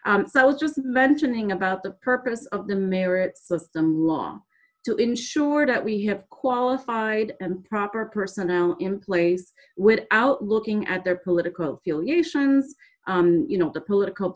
was just mentioning about the purpose of the merits of some law to ensure that we have qualified and proper person now in place with out looking at their political affiliation you know the political